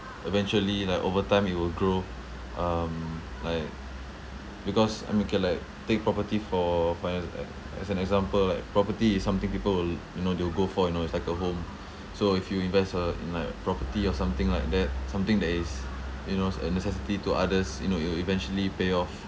eventually like over time it will grow um like because I mean can like take property for for ex~ ex~ as an example right property is something people will you know they will go for you know it's like a home so if you invest uh in like property or something like that something that is you knows a necessity to others you know it will eventually pay off